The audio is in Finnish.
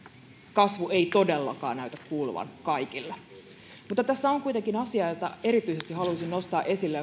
kasvu ei todellakaan näytä kuuluvan kaikille mutta tässä on kuitenkin asia jonka erityisesti halusin nostaa esille